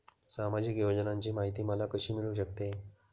सामाजिक योजनांची माहिती मला कशी मिळू शकते?